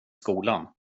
skolan